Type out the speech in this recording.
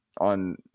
on